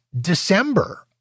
December